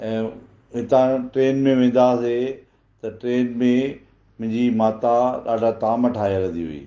ऐं हितां ट्रेन में वेंदा हुआसीं त ट्रेन में मुंंहिंजी माता ॾाढा ताम ठाहे हलंदी हुई